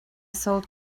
sold